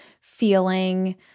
feeling